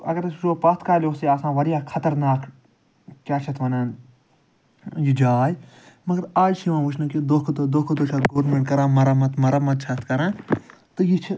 گوٚو اَگر أسۍ وُچھُو پتھ کالہِ اوس یہِ آسان واریاہ خطرناک کیٛاہ چھِ اَتھ وَنان یہِ جاے مگر آز چھِ یِوان وُچھنہٕ کہِ دۄہ کھۄتہٕ دۄہ دۄہ کھۄتہٕ دۄہ چھِ اَتھ گورمیٚنٛٹ کران مَرمَتھ مَرمَتھ چھِ اَتھ کران تہٕ یہِ چھِ